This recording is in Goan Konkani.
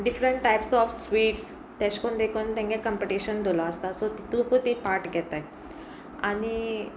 डिफरंट टायप्स ऑफ स्विट्स तशें करून देखून तेंगे कंम्पिटिशन दवरलो आसता सो तितूकू ती पार्ट घेताय आनी